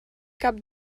cap